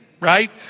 right